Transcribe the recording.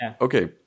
okay